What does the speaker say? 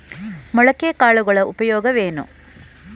ಮೊಳಕೆ ಕಾಳುಗಳ ಉಪಯೋಗವೇನು?